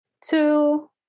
two